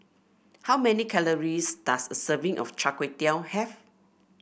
how many calories does a serving of Char Kway Teow have